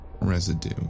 Residue